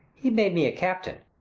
he made me a captain.